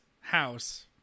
house